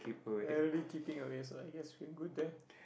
I already keeping away so like yes we're good there